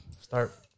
start